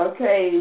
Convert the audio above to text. Okay